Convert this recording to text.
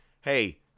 hey